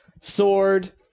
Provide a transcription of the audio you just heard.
sword